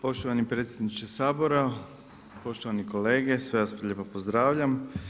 Poštovani predsjedniče Sabora, poštovani kolege sve vas lijepo pozdravljam.